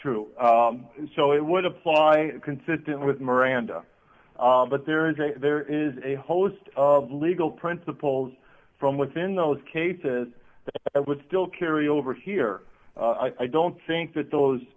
true and so it would apply consistent with miranda but there is a there is a host of legal principles from within those cases i would still carry over here i don't think that